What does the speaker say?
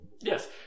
Yes